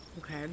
Okay